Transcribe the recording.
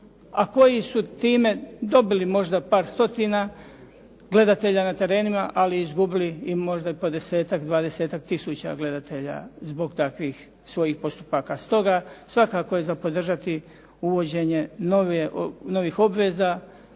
a koji su time dobili možda par stotina gledatelja na terenima, ali izgubili i možda i po 10-tak, 20-tak tisuća gledatelja zbog takvih svojih postupaka. Stoga, svakako je za podržati uvođenje novih obveza,